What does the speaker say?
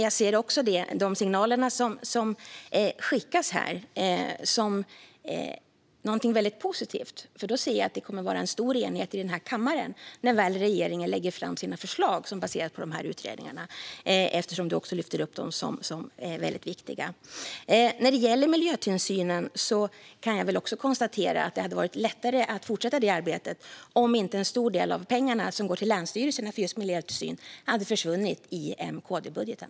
Jag ser också de signaler som skickas här som något positivt, för jag ser att det kommer att råda stor enighet i den här kammaren när väl regeringen lägger fram sina förslag som baseras på utredningarna. Du lyfter ju också upp dem som viktiga. När det gäller miljötillsynen kan jag konstatera att det hade varit lättare att fortsätta arbetet om inte en stor del av de pengar som går till länsstyrelserna för just miljötillsyn hade försvunnit i M-KD-budgeten.